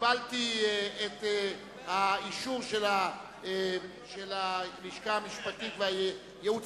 קיבלתי את האישור של הלשכה המשפטית והייעוץ